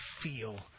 feel